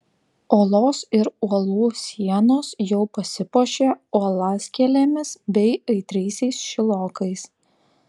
olos ir uolų sienos jau pasipuošė uolaskėlėmis bei aitriaisiais šilokais